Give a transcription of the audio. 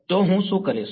તો હું શું કરીશ